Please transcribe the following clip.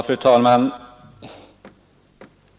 Fru talman!